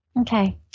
Okay